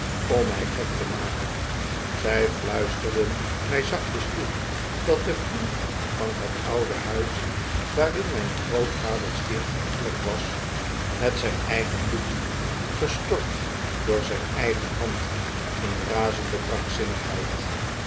om mij gek te maken zij fluisterden mij zachtjes toe dat de vloer van het oude huis waarin mijn grootvader stierf bevlekt was met zijn eigen bloed gestort door zijn eigen hand in razende krankzinnigheid